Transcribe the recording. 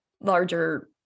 larger